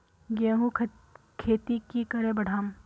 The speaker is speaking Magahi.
गेंहू खेती की करे बढ़ाम?